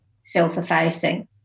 self-effacing